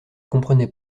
comprenait